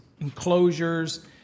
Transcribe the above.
enclosures